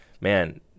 man